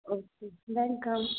okay welcome